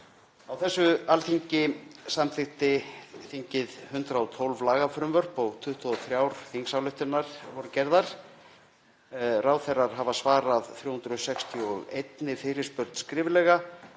Á þessu þingi samþykkti Alþingi 112 lagafrumvörp og 22 þingsályktanir voru gerðar. Ráðherrar hafa svarað 361 fyrirspurnum skriflega